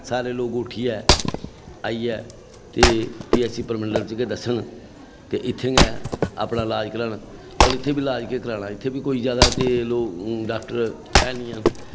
कि सारे लोग उट्ठियै आइयै ते पीएचसी परमंडल च गै दस्सन ते इत्थै गै अपना लाज़ करान ते इत्थै बी लाज केह् कराना इत्थै बी केई लोग डॉक्टर ऐ निं हैन